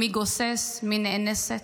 מי גוסס, מי נאנסת?